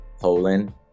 Poland